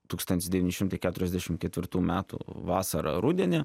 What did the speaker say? tūkstantis devyni šimtai keturiasdešim ketvirtų metų vasarą rudenį